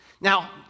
Now